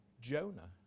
Jonah